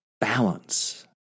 balance